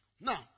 Now